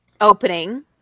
opening